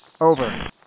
over